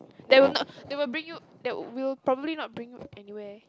they will not they will bring you they will probably not bring you anywhere